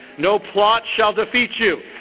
no plot shall defeat you.